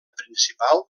principal